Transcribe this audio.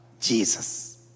Jesus